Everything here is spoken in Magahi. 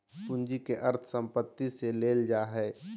पूंजी के अर्थ संपत्ति से लेल जा हइ